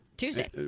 Tuesday